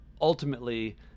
ultimately